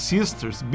Sisters